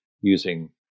using